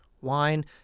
wine